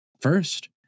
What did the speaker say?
first